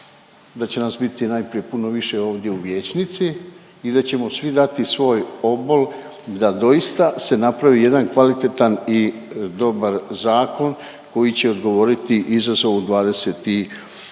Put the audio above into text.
da će nas biti najprije puno više ovdje u vijećnici i da ćemo svi dati svoj obol da doista se napravi jedan kvalitetan i dobar zakon koji će odgovoriti izazovu 21. stoljeća.